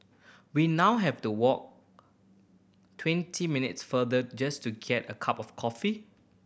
we now have to walk twenty minutes farther just to get a cup of coffee